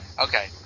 Okay